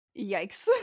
Yikes